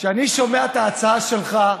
כשאני שומע את ההצעה שלך,